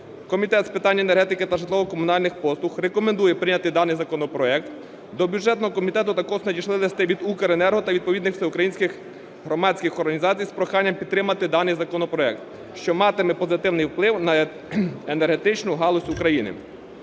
Комітет з питань енергетики та житлово-комунальних послуг рекомендує прийняти даний законопроект. До бюджетного комітету також надійшли листи від "Укренерго" та відповідних всеукраїнських громадських організацій з проханням підтримати даний законопроект, що матиме позитивний вплив на енергетичну галузь України.